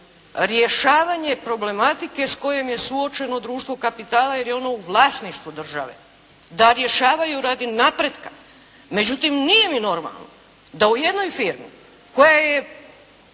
rješavanje problematike s kojom je suočeno društvo kapitala, jer je ono u vlasništvu države, da rješavaju radi napretka. Međutim, nije mi normalno da u jednoj firmi koja je